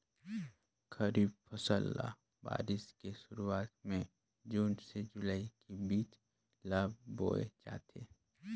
खरीफ फसल ल बारिश के शुरुआत में जून से जुलाई के बीच ल बोए जाथे